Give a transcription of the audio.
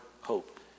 hope